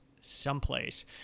someplace